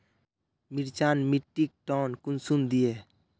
मिर्चान मिट्टीक टन कुंसम दिए?